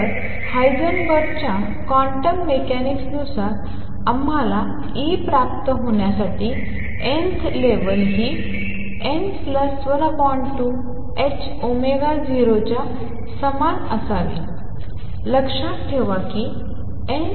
तर हायझेनबर्ग च्या quantum mechanics नुसार आम्हाला E प्राप्त होण्यासाठी nthलेवल हि n12 ℏ0 च्या समान असावी लक्षात ठेवा कि n E0